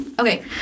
okay